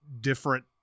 different